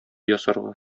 ясарга